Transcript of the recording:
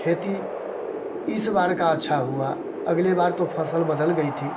खेती इस बार का अच्छा हुआ अगले बार तो फसल बदल गई थी